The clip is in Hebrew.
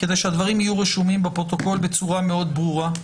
כדי שהדברים יהיו רשומים בפרוטוקול בצורה מאוד ברורה,